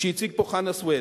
שהציג פה חנא סוייד: